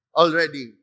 already